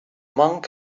monk